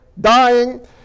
dying